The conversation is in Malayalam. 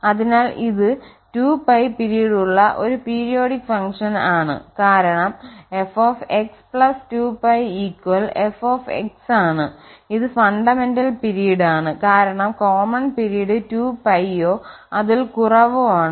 അതിനാൽ ഇത് 2π പിരീഡുള്ള ഒരു പീരിയോഡിക് ഫംഗ്ഷൻ ആണ് കാരണം fx 2π f ആണ് ഇത് ഫണ്ടമെന്റൽ പിരീഡാണ് കാരണം കോമൺ പിരീഡ് 2π യോ അതിൽ കുറവോ ആണ്